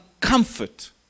comfort